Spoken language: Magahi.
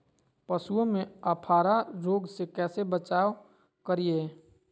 पशुओं में अफारा रोग से कैसे बचाव करिये?